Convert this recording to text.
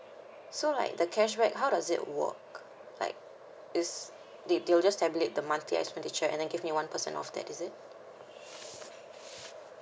so like the cashback how does it work like is did you just tabulate the monthly expenditure and then give me one percent of that is it